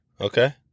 Okay